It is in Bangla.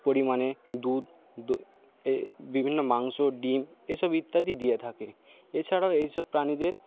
পরিমাণে দুধ বিভিন্ন মাংস ডিম এসব ইত্যাদি দিয়ে থাকে এছাড়াও এইসব প্রাণীদের